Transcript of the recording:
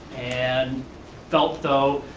and felt though.